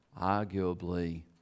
arguably